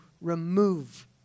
remove